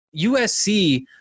USC